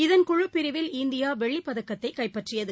இதன் குழுப்பிரிவில் இந்தியாவெள்ளிப் பதக்கத்தைகைப்பற்றியது